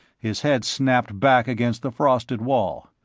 his head snapped back against the frosted wall.